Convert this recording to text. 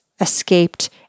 escaped